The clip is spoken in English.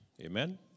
Amen